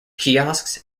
kiosks